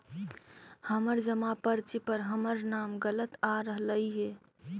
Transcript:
हमर जमा पर्ची पर हमर नाम गलत आ रहलइ हे